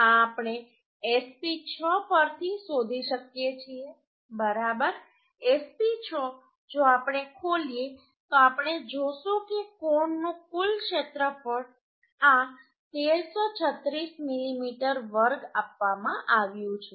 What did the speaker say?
આ આપણે SP 6 પરથી શોધી શકીએ છીએબરાબર SP 6 જો આપણે ખોલીએ તો આપણે જોશું કે કોણનું કુલ ક્ષેત્રફળ આ 1336 મિલીમીટર ² આપવામાં આવ્યું છે